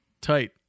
tight